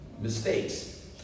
Mistakes